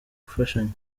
gufashanya